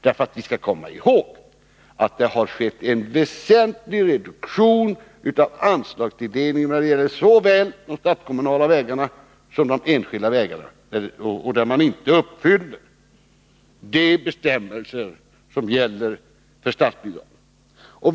Man skall komma ihåg att det har skett en väsentlig reduktion av anslagstilldelningen när det gäller såväl de statskommunala vägarna som de enskilda vägarna. Därvid uppfylls inte de bestämmelser som gäller för statsbidrag.